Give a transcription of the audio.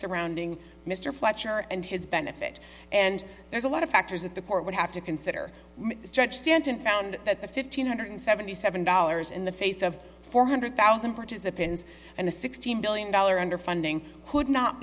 surrounding mr fletcher and his benefit and there's a lot of factors that the court would have to consider the stretch stanton found that the fifteen hundred seventy seven dollars in the face of four hundred thousand participants and a sixteen billion dollars underfunding could not